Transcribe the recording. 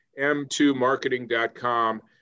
m2marketing.com